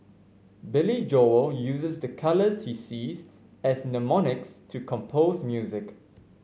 Billy Joel uses the colours he sees as mnemonics to compose music